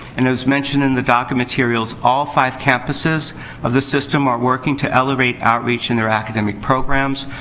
and, as mentioned in the docket materials, all five campuses of the system are working to elevate outreach in their academic programs.